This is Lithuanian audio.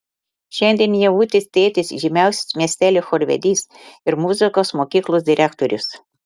šiandien ievutės tėtis žymiausias miestelio chorvedys ir muzikos mokyklos direktorius